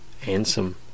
handsome